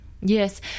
Yes